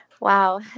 Wow